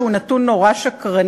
שהוא נתון שקרני,